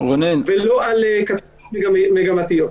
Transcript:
ולא על מגמתיות.